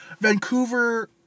Vancouver